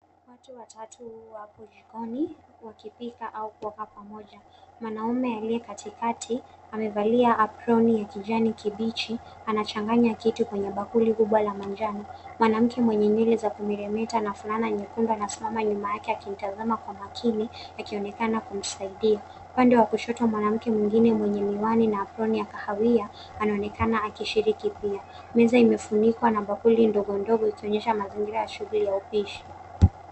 Watu watatu wapo jikoni wakipika au kukaa pamoja. Mwanaume aliye katikati, amevalia aproni ya kijani kibichi, anachanganya kitu kwenye bakuli kubwa la manjano. Mwanamke mwenye nywele za kumeremeta na fulana nyekundu amesimama nyuma yake akimtazama kwa makini akionekana kumsaidia. Upande wa kushoto mwanamke mwingine mwenye miwani na aproni ya kahawia anaonekana akishiriki pia. Meza imefunikwa na bakuli ndogo ndogo ikionyesha mazingira ya shughuli ya upishi.